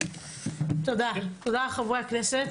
תודה לחברי הכנסת.